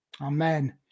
amen